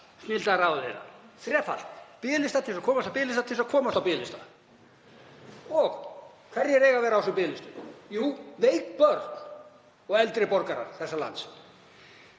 snilldarráðið? Þrefalt? Biðlistar til þess að komast á biðlista til þess að komast á biðlista? Og hverjir eiga að vera á þessum biðlistum? Jú, veik börn og eldri borgarar þessa lands.